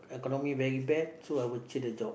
economy very bad so I will change the job